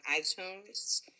iTunes